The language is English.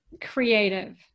creative